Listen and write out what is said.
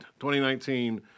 2019